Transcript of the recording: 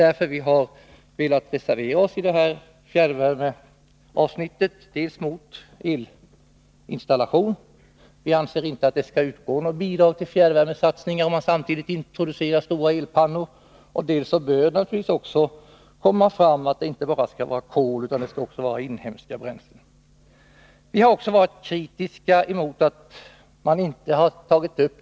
Vi har därför velat reservera oss i fråga om detta avsnitt om fjärrvärme, dels mot elinstallation — vi anser inte att bidrag skall utgå till fjärrvärmesatsningar, om man samtidigt introducerar stora elpannor — dels beträffande att det inte bara skall gälla kolet utan också inhemska bränslen. Vi har alltid varit kritiska mot att detta med närvärme inte har tagits upp.